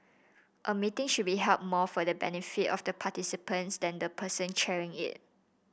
a meeting should be held more for the benefit of the participants than the person chairing it